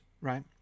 right